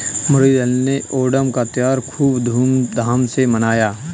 मुरलीधर ने ओणम का त्योहार खूब धूमधाम से मनाया